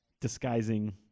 disguising